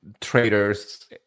Traders